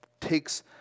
takes